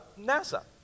NASA